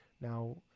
Now